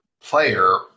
player